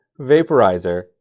vaporizer